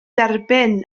derbyn